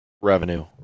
revenue